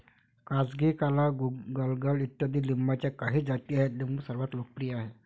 कागजी, काला, गलगल इत्यादी लिंबाच्या काही जाती आहेत लिंबू सर्वात लोकप्रिय आहे